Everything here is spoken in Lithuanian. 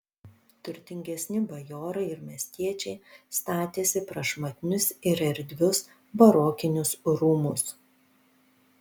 turtingesni bajorai ir miestiečiai statėsi prašmatnius ir erdvius barokinius rūmus